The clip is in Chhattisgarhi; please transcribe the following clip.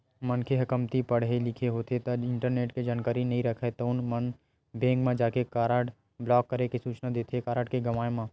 मनखे ह कमती पड़हे लिखे होथे ता इंटरनेट के जानकारी नइ राखय तउन मन बेंक म जाके कारड ब्लॉक करे के सूचना देथे कारड के गवाय म